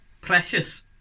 precious